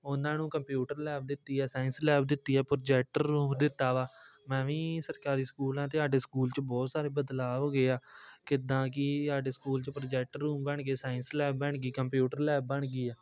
ਉਹਨਾਂ ਨੂੰ computer lab ਦਿੱਤੀ ਹੈ ਸਾਇੰਸ ਲੈਬ ਦਿੱਤੀ ਹੈ ਪ੍ਰੋਜੈਕਟਰ ਰੂਮ ਦਿੱਤਾ ਵਾ ਮੈਂ ਵੀ ਸਰਕਾਰੀ ਸਕੂਲ ਆ ਅਤੇ ਸਾਡੇ ਸਕੂਲ 'ਚ ਬਹੁਤ ਸਾਰੇ ਬਦਲਾਅ ਹੋ ਗਏ ਆ ਕਿੱਦਾਂ ਕਿ ਸਾਡੇ ਸਕੂਲ 'ਚ ਪ੍ਰੋਜੈਕਟ ਰੂਮ ਬਣ ਗਏ ਸਾਇੰਸ ਲੈਬ ਬਣ ਗਈ ਕੰਪਿਊਟਰ ਲੈਬ ਬਣ ਗਈ ਆ